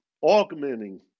augmenting